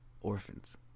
orphans